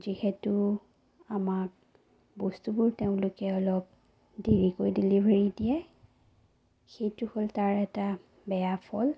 যিহেতু আমাক বস্তুবোৰ তেওঁলোকে অলপ দেৰিকৈ ডেলিভাৰী দিয়ে সেইটো হ'ল তাৰ এটা বেয়া ফল